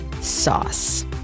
sauce